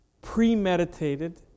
premeditated